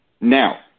Now